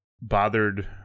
bothered